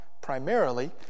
primarily